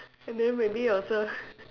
and then maybe also